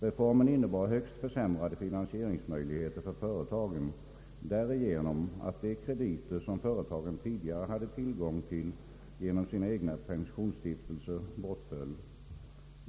Reformen innebar högst försämrade finansieringsmöjligheter för företagen därigenom att de krediter som företagen tidigare hade tillgång till genom sina egna pensionsstiftelser bortföll.